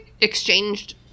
exchanged